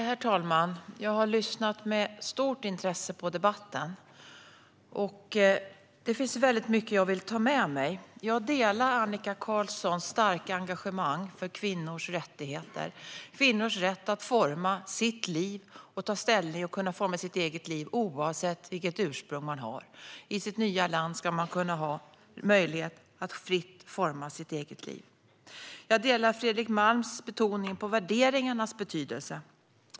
Herr talman! Jag har lyssnat med stort intresse på debatten, och det finns mycket jag vill ta med mig. Jag delar Annika Qarlssons starka engagemang för kvinnors rättigheter och kvinnors rätt att forma sitt liv och ta ställning oavsett ursprung. I sitt nya land ska man ha möjlighet att fritt forma sitt liv. Jag delar Fredrik Malms betoning på värderingarnas betydelse.